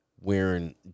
Wearing